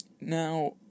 Now